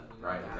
right